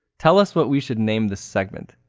tell us what we should name this segment.